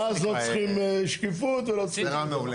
ואז לא צריכים שקיפות ולא צריכים כלום.